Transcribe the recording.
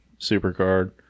SuperCard